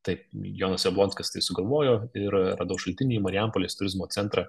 taip jonas jablonskas tai sugalvojo ir radau šaltinį į marijampolės turizmo centrą